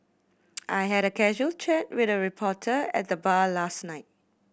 I had a casual chat with a reporter at the bar last night